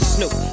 Snoop